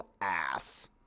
ass